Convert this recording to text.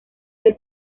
del